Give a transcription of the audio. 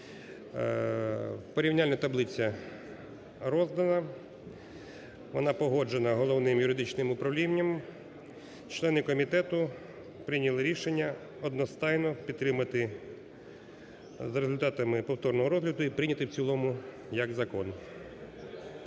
Порівняльна таблиця роздана, вона погоджена Головним юридичним управлінням. Члени комітету прийняли рішення одностайно підтримати за результатами повторного розгляду і прийняти в цілому як закон.